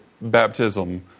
baptism